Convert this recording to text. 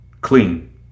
Clean